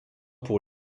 pour